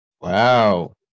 Wow